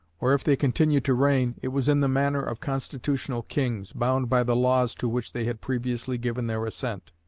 or if they continued to reign, it was in the manner of constitutional kings, bound by the laws to which they had previously given their assent.